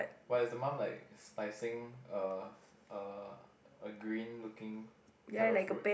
but is the mum like slicing a a a green looking type of fruit